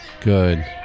Good